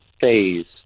phase